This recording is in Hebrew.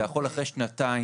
אתה יכול אחרי שנתיים,